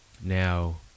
Now